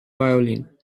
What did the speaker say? violin